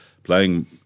playing